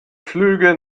flüge